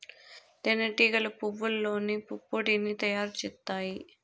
తేనె టీగలు పువ్వల్లోని పుప్పొడిని తయారు చేత్తాయి